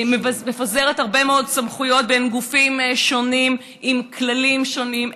היא מפזרת הרבה מאוד סמכויות בין גופים שונים עם כללים שונים.